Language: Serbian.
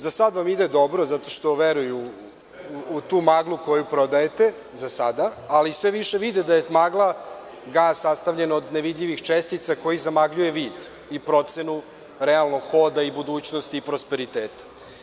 Za sada vam ide dobro zato što veruju u tu maglu koju prodajete, ali sve više vide da je magla gas sastavljen od nevidljivih čestica koji zamagljuje vid i procenu realnog hoda i budućnosti i prosperiteta.